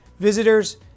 visitors